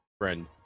friend